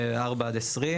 ואת העצמאים